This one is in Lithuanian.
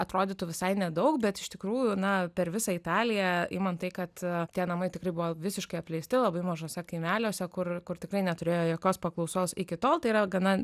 atrodytų visai nedaug bet iš tikrųjų na per visą italiją imant tai kad tie namai tikrai buvo visiškai apleisti labai mažuose kaimeliuose kur kur tikrai neturėjo jokios paklausos iki tol tai yra gana